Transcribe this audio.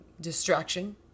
distraction